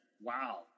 wow